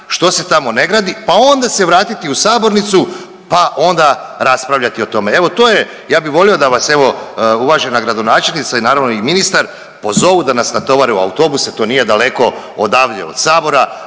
što se tamo ne gradi, pa onda se vratiti u sabornicu pa onda raspravljati o tome. Evo to je, ja bih volio da vas evo uvažena gradonačelnica i naravno i ministar pozovu, da nas natovare u autobuse to nije daleko odavde od sabora,